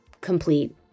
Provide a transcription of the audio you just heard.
complete